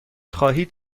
خواهید